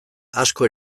asko